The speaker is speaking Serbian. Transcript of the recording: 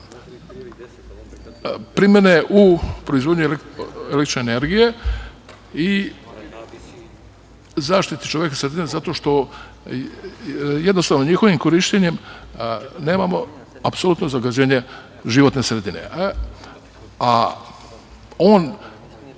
primene u proizvodnji električne energije i zaštiti čovekove sredine, zato što jednostavno njihovim korišćenjem nemamo apsolutno zagađenje životne sredine, a on